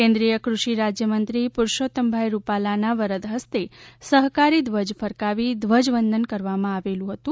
કેન્દ્રિય કૃષિ રાજ્યમંત્રી પુરશોત્તમભાઇ રૂપાલાના વરદ હસ્તે સહકારી ધ્વજ ફરકાવી ધ્વજ વંદન કરવામાં આવેલ હતુ